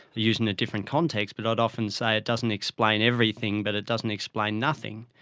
used in a different context, but i'd often say it doesn't explain everything but it doesn't explain nothing.